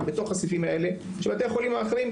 בתוך הסעיפים האלה שבתי החולים האחרים,